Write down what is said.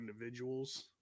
individuals